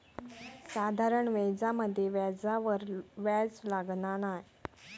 साधारण व्याजामध्ये व्याजावर व्याज लागना नाय